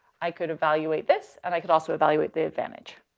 i could evaluate this, and i could also evaluate the advantage,